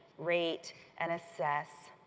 rate and assess,